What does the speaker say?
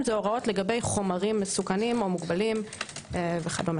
זה הוראות לגבי חומרים מסוכנים או מוגבלים וכדומה.